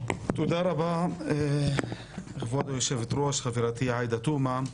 תודה רבה כבוד יושבת הראש חברתי עאידה תומא.